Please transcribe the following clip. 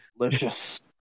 Delicious